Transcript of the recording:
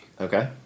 okay